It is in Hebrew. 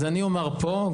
אז אני אומר פה,